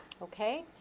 Okay